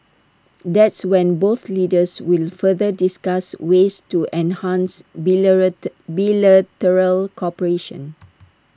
that's when both leaders will further discuss ways to enhance bilateral cooperation